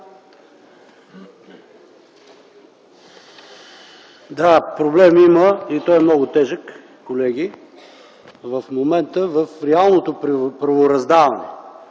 Да, проблем има и той е много тежък, колеги, в реалното правораздаване